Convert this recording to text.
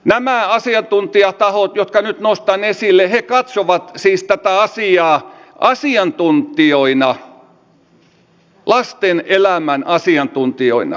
nämä asiantuntijatahot jotka nyt nostan esille katsovat siis tätä asiaa asiantuntijoina lasten elämän asiantuntijoina